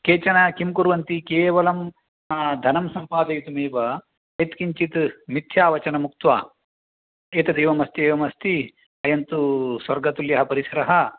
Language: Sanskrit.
केचन किं कुर्वन्ति केवलं धनं सम्पादयितुमेव यत् किञ्चित् मित्थ्यावचनमुक्त्वा एतदेवमस्ति एवम् अस्ति अयन्तु स्वर्गतुल्यः परिसरः